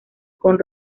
con